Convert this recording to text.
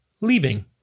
leaving